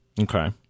okay